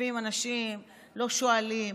מעיפים אנשים, לא שואלים.